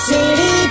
City